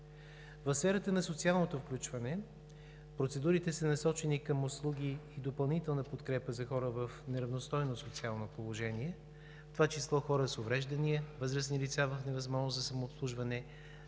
В сферата на социалното включване процедурите са насочени към услуги и допълнителна подкрепа за хора в неравностойно социално положение, в това число хора с увреждания, възрастни лица в невъзможност за самообслужване,